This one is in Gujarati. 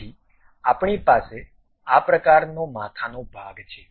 તેથી આપણી પાસે આ પ્રકારનો માથાનો ભાગ છે